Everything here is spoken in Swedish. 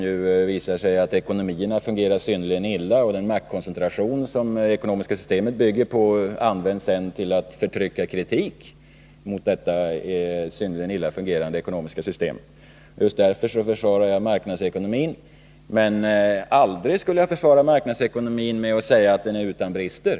Det visar sig ju att sådana ekonomier fungerar synnerligen illa, och den maktkoncentration som de bygger på används till att undertrycka kritik mot detta synnerligen illa fungerande ekonomiska system. Just därför försvarar jag marknadsekonomin, men aldrig skulle jag göra det med att säga att den är utan brister.